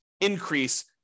increase